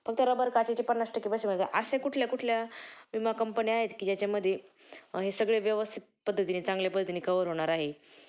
फक्त रबर काचेचे पन्नास टक्के पैसे मिळतात असे कुठल्या कुठल्या विमा कंपन्या आहेत की ज्याच्यामध्ये हे सगळे व्यवस्थित पद्धतीने चांगल्या पद्धतीने कवर होणार आहे